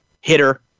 Hitter